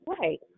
right